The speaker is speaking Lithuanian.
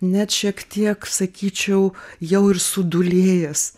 net šiek tiek sakyčiau jau ir sudūlėjęs